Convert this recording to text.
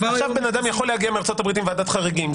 כבר עכשיו אדם יכול להגיע מארצות הברית עם ועדת חריגים,